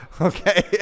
okay